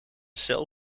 cel